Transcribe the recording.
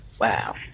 Wow